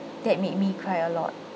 that made me cry a lot